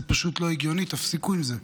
זה פשוט לא הגיוני, תפסיקו עם זה.